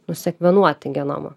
nusekvenuoti genomą